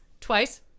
twice